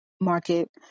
market